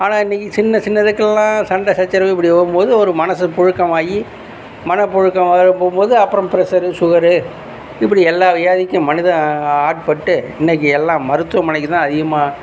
ஆனால் இன்றைக்கு சின்ன சின்னதுக்கெலாம் சண்டை சச்சரவு இப்படி போகும் போது மனசு புழுக்கமாகி மனபுழுக்கம் வர போகும் போது அப்புறம் பிரஷர் சுகர் இப்படி எல்லா வியாதிக்கும் மனிதன் ஆட்பட்டு இன்றைக்கு எல்லாம் மருத்துவமனைக்குத்தான் அதிகமாக